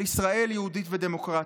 על ישראל יהודית ודמוקרטית.